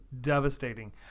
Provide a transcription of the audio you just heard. devastating